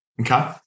Okay